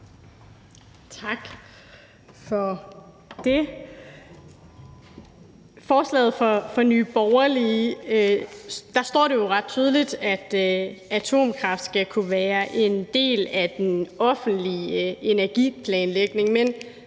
Tak for det.